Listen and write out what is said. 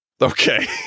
okay